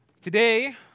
Today